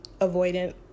avoidant